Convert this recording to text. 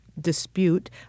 dispute